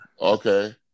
Okay